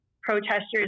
protesters